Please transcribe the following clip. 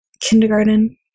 kindergarten